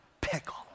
pickle